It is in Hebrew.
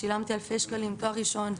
שילמתי אלפי שקלים תואר ראשון,